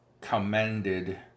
commended